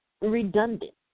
redundant